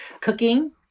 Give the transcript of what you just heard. Cooking